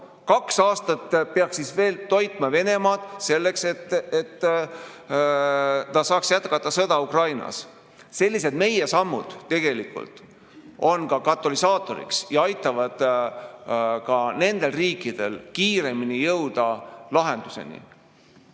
Kaks aastat peaks toitma Venemaad selleks, et ta saaks jätkata sõda Ukrainas. Sellised meie sammud tegelikult on katalüsaatoriks ja aitavad ka teistel riikidel kiiremini jõuda lahenduseni.